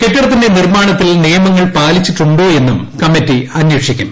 കെട്ടിടത്തിന്റെ നിർമ്മാണത്തിൽ നിയമങ്ങൾ പാലിച്ചിട്ടുണ്ടോ എന്നും കമ്മിറ്റി അന്വേഷിക്കും